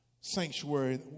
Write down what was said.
sanctuary